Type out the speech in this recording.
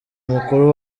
mukuru